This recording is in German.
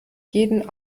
jeden